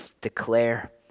declare